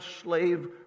slave